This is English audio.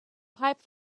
pipe